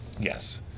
Yes